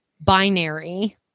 binary